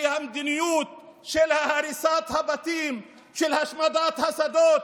שהמדיניות של הריסת הבתים, של השמדת השדות,